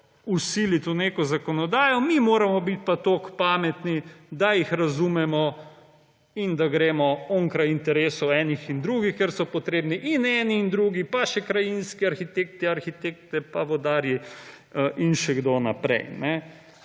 vsiliti v neko zakonodajo, mi moramo biti pa toliko pametni, da jih razumemo in da gremo onkraj interesov enih in drugih, ker so potrebni in eni in drugi, pa še krajinski arhitekti, arhitektke, vodarji in še kdo naprej.